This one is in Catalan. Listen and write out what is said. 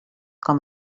com